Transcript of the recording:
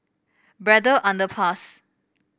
Braddell Underpass